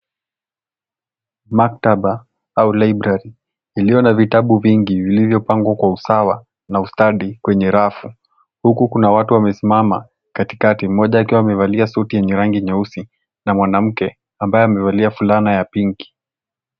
Maktaba au library iliyo na vitabu vingi vilivyopangwa kwa usawa na ustadi kwenye rafu .Huku kuna watu wamesimama katikati mmoja akiwa amevalia suti yenye rangi nyeusi na mwanamke ambaye amevalia fulana ya pinki.